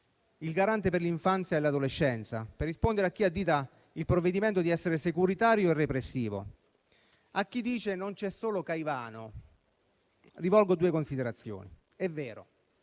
il garante per l'infanzia e l'adolescenza, per rispondere a chi addita il provvedimento di essere securitario e repressivo. A chi dice che non c'è solo Caivano rivolgo due considerazioni. È vero,